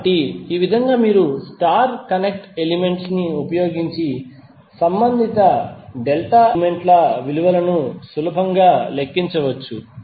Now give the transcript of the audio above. కాబట్టి ఈ విధంగా మీరు స్టార్ కనెక్ట్ ఎలిమెంట్స్ ని ఉపయోగించి సంబంధిత డెల్టా ఎలిమెంట్ ల విలువను సులభంగా లెక్కించవచ్చు